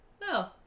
No